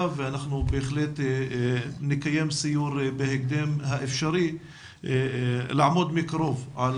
ואנחנו בהחלט נקיים סיור בהקדם האפשרי לעמוד מקרוב על